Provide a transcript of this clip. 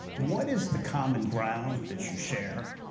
what is the common ground that you share?